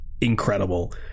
incredible